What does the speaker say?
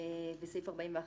בסעיף 41